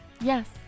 Yes